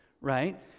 right